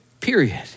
period